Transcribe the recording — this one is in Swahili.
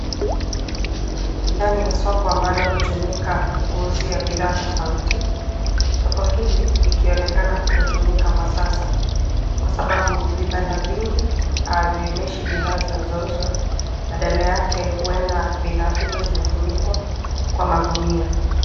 Ndani ya soko ambalo hutumika kuuzia bidhaa tofauti. Soko hili likionekana kutotumika kwa sasa kwa sababu vibanda vingi havionyeshi bidhaa zinazouzwa badala yake huenda bidhaa hizo zimefunikwa kwa magunia.